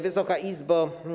Wysoka Izbo!